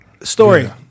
Story